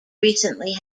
recently